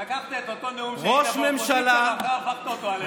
לקחת את אותו נאום כשהיית באופוזיציה והפכת אותו עלינו.